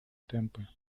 темпы